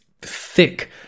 thick